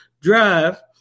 drive